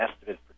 estimate